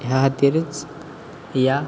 ह्या खातीरच ह्या